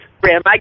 Grandma